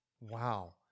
Wow